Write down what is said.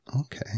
Okay